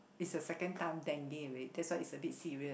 is a second time Dengue already that's why is a bit serious